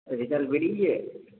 result বেরিয়েছে